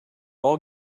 all